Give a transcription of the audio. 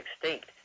extinct